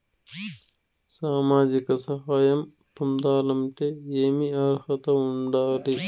సామాజిక సహాయం పొందాలంటే ఏమి అర్హత ఉండాలి?